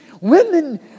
women